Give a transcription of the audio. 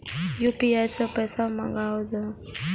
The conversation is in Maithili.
यू.पी.आई सै पैसा मंगाउल जाय?